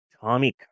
Tommy